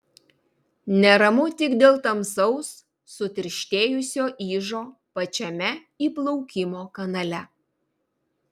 neramu tik dėl tamsaus sutirštėjusio ižo pačiame įplaukimo kanale